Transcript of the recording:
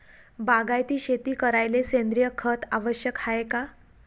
बागायती शेती करायले सेंद्रिय खत आवश्यक हाये का?